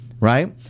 right